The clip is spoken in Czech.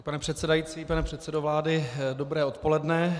Pane předsedající, pane předsedo vlády, dobré odpoledne.